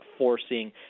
Forcing